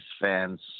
fans